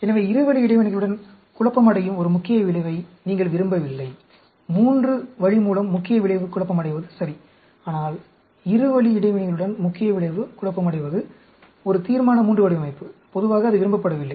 எனவே இரு வழி இடைவினைகளுடன் குழப்பமடியும் ஒரு முக்கிய விளைவை நீங்கள் விரும்பவில்லை மூன்று வழி மூலம் முக்கிய விளைவு குழப்பமடைவது சரி ஆனால் இரு வழி இடைவினைகளுடன் முக்கிய விளைவு குழப்பமடைவது ஒரு தீர்மான III வடிவமைப்பு பொதுவாக அது விரும்பப்படவில்லை